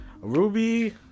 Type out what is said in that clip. Ruby